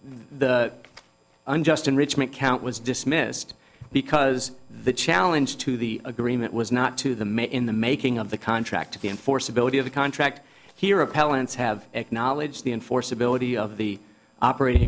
the unjust enrichment count was dismissed because the challenge to the agreement was not to the met in the making of the contract the enforceability of the contract here appellants have acknowledged the enforceability of the operating